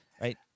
right